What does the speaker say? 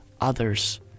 others